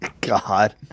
God